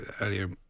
earlier